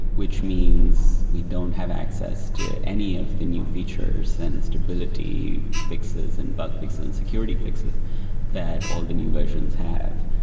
which means we don't have access to any of the new features, and stability fixes, and bug fix, and security fixes that all the new versions have.